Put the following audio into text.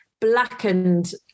blackened